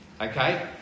Okay